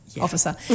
officer